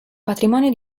patrimonio